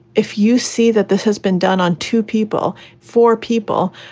if you see that this has been done on two people, for people,